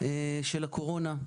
של הקורונה.